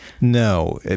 No